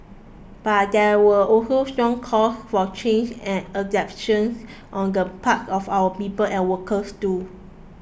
but there were also strong calls for changes and adaptations on the part of our people and workers too